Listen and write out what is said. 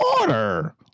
order